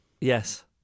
yes